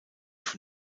von